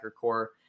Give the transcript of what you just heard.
core